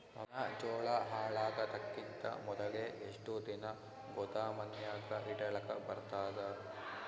ನನ್ನ ಜೋಳಾ ಹಾಳಾಗದಕ್ಕಿಂತ ಮೊದಲೇ ಎಷ್ಟು ದಿನ ಗೊದಾಮನ್ಯಾಗ ಇಡಲಕ ಬರ್ತಾದ?